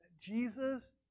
Jesus